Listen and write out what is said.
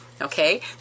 okay